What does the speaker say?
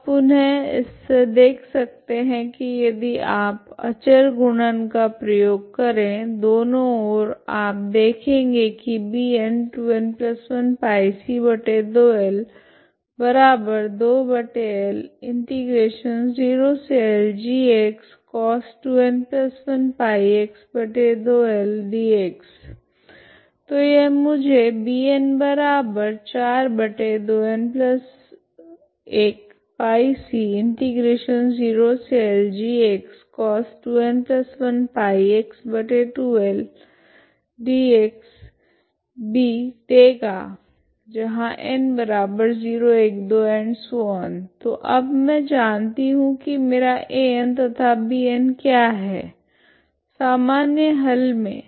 आप पुनः इस से देख सकते है की यदि आप अचर गुणन का प्रयोग करे दोनों ओर आप देखेगे की तो यह मुझे देगा जहां n012 तो अब मैं जानती हूँ की मेरा An तथा Bn क्या है सामान्य हल मे